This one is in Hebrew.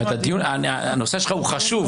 הנושא שלך הוא חשוב,